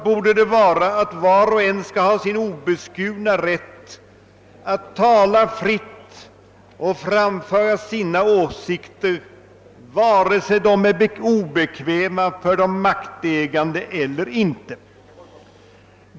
borde det vara att var och en skall ha sin obeskurna rätt att tala fritt och framföra sina åsikter vare sig de är obekväma för de maktägande eller inte.